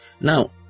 Now